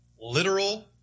literal